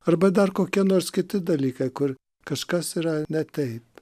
arba dar kokie nors kiti dalykai kur kažkas yra ne taip